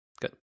good